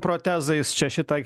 protezais čia šitą